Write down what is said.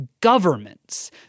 governments